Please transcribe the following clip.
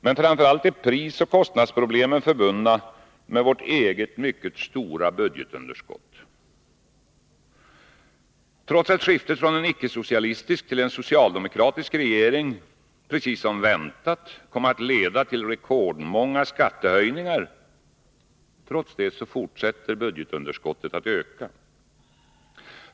Men framför allt är prisoch kostnadsproblemen förbundna med vårt eget mycket stora budgetunderskott. Trots att skiftet från en icke-socialistisk till en socialdemokratisk regering som väntat kom att leda till rekordmånga skattehöjningar, fortsätter budgetunderskottet att öka.